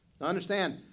understand